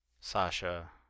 Sasha